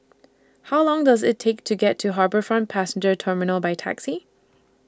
How Long Does IT Take to get to HarbourFront Passenger Terminal By Taxi